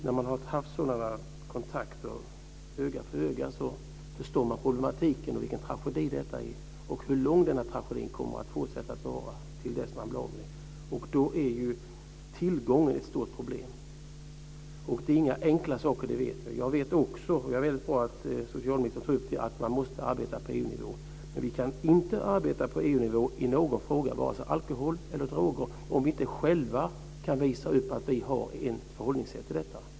När man har haft sådana kontakter, öga mot öga, så förstår man problematiken och vilken tragedi detta är och hur länge denna tragedi kommer att fortsätta. Och då är ju tillgången ett stort problem. Det är inga enkla saker. Det vet vi. Jag vet också, och det är väldigt bra att socialministern tog upp det, att man måste arbeta på EU-nivå. Men vi kan inte arbeta på EU-nivå i någon fråga, vare sig i fråga om alkohol eller droger, om vi inte själva kan visa upp att vi har ett förhållningssätt till detta.